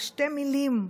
בשתי מילים,